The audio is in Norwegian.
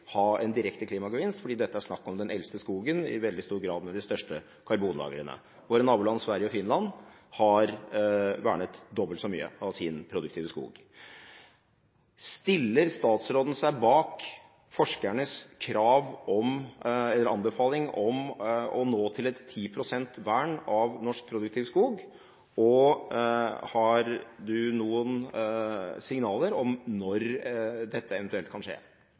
ha en direkte klimagevinst, for det er i veldig stor grad snakk om den eldste skogen, med de største karbonlagrene. Våre naboland Sverige og Finland har vernet dobbelt så mye av sin produktive skog. Stiller statsråden seg bak forskernes anbefaling om å nå 10 pst. vern av norsk produktiv skog, og har hun noen signaler om når dette eventuelt kan skje?